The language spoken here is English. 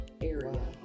area